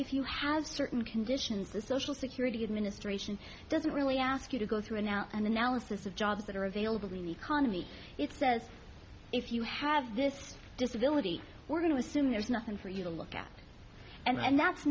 if you have certain conditions the social security administration doesn't really ask you to go through a now an analysis of jobs that are available economy it says if you have this disability we're going to assume there's nothing for you to look at and that's